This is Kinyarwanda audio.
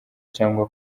cyangwa